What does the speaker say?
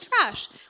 trash